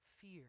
fear